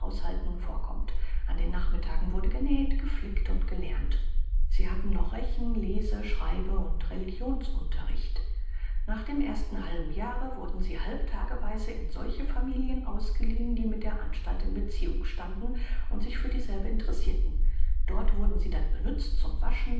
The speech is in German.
vorkommt an den nachmittagen wurde genäht geflickt und gelernt sie hatten noch rechen lese schreibe und religionsunterricht nach dem ersten halben jahre wurden sie halbtageweise in solche familien ausgeliehen die mit der anstalt in beziehung standen und sich für dieselbe interessirten dort wurden sie dann benützt zum waschen